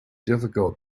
difficult